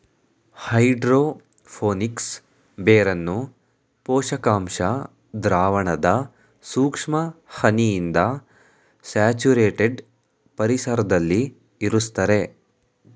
hydro phonics ಬೇರನ್ನು ಪೋಷಕಾಂಶ ದ್ರಾವಣದ ಸೂಕ್ಷ್ಮ ಹನಿಯಿಂದ ಸ್ಯಾಚುರೇಟೆಡ್ ಪರಿಸರ್ದಲ್ಲಿ ಇರುಸ್ತರೆ